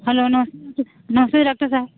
hello नमस नमस्ते doctor साहब